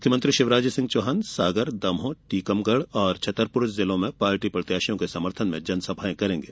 मुख्यमंत्री शिवराज सिंह चौहान सागर दमोह टीकमगढ़ छतरपुर जिलों की विधानसभाओं में पार्टी प्रत्याशियों के समर्थन में जनसभाएं करेंगे